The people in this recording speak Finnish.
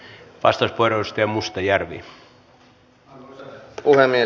arvoisa puhemies